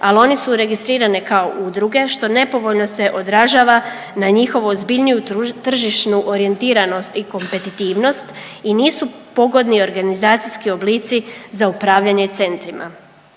ali oni su registrirane kao udruge što nepovoljno se odražava na njihovu ozbiljniju tržišnu orijentiranost i kompetitivnost i nisu pogodni organizacijski oblici za upravljanje centrima.